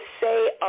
say